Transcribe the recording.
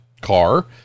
car